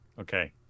Okay